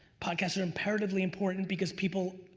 podcasts are imperatively important, because people,